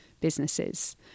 businesses